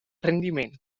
rendiment